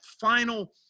final